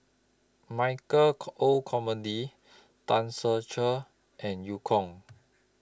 Michael Olcomendy Tan Ser Cher and EU Kong